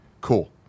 Cool